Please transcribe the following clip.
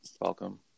welcome